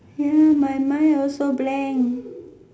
ya my mind also blank